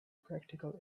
practical